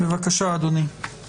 נרצה לשמוע התייחסותך.